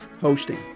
hosting